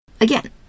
Again